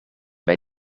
bij